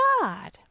God